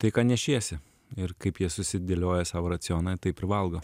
tai ką nešiesi ir kaip jie susidėlioja savo racioną taip ir valgo